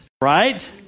right